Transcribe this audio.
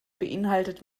beinhaltet